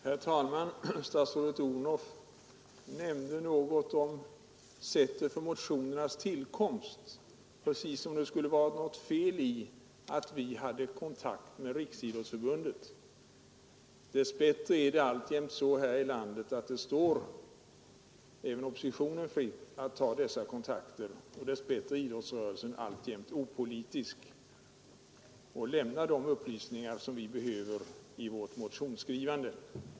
Herr talman! Statsrådet fru Odhnoff nämnde något om sättet för motionernas tillkomst, precis som om det skulle vara något fel att vi hade kontakt med Riksidrottsförbundet. Dess bättre är det alltjämt så här i landet att det står oppositionen fritt att ta sådana kontakter, och dess bättre är idrottsrörelsen alltjämt opolitisk och lämnar de upplysningar vi behöver vid vårt motionsskrivande.